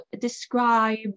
describe